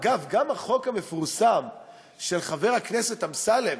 אגב, גם החוק המפורסם של חבר הכנסת אמסלם,